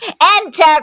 Enter